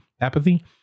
apathy